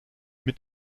mit